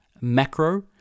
Macro